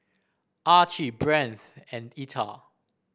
Archie Brandt and Etta